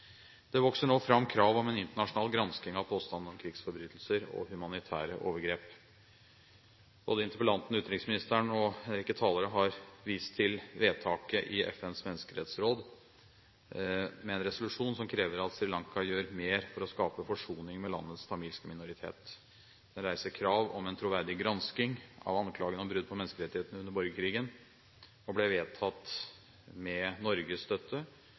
Det vokser nå fram krav om en internasjonal gransking av påstandene om krigsforbrytelser og humanitære overgrep. Både interpellanten, utenriksministeren og en rekke talere har vist til vedtaket i FNs menneskerettighetsråd med en resolusjon som krever at Sri Lanka gjør mer for å skape forsoning med landets tamilske minoritet. Den reiser krav om en troverdig gransking av anklagene om brudd på menneskerettighetene under borgerkrigen, og ble vedtatt – med Norges støtte,